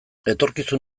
etorkizun